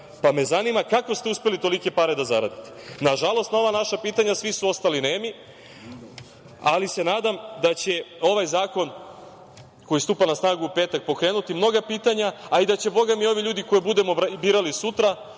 pa me zanima kako ste uspeli tolike pare da zaradite? Nažalost, na ova naša pitanja svi su ostali nemi, ali se nadam da će ovaj zakon, koji stupa na snagu u petak, pokrenuti mnoga pitanja, a i da će, Boga mi, ovi ljudi koje budemo birali sutra,